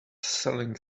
selling